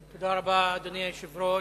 אדוני היושב-ראש,